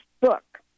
book